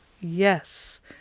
Yes